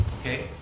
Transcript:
Okay